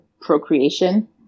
procreation